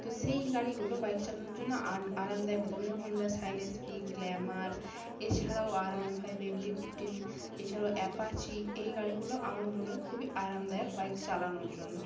তো সেই গাড়িগুলো বাইক চালানোর জন্য আন আরামদায়ক হতে পারে যেমন হুন্ডার সাইন এস পি গ্ল্যামার এছাড়াও R one five MT fifteen এছাড়াও অ্যাপাচি এই গাড়িগুলো আমার মনে হয় খুবই আরাম দায়ক বাইক চালানোর জন্য